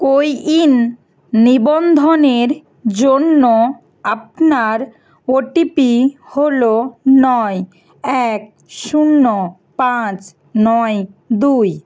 CoWIN নিবন্ধনের জন্য আপনার ওটিপি হলো নয় এক শূন্য পাঁচ নয় দুই